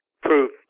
proof